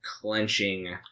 clenching